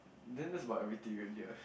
then that's about everything already what